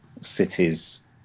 cities